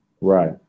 Right